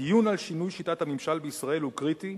הדיון על שינוי שיטת הממשל בישראל הוא קריטי,